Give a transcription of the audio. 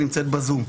שנמצאת בזום.